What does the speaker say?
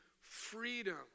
freedom